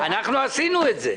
אנחנו עשינו את זה.